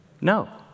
No